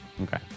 Okay